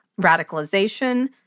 radicalization